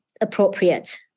appropriate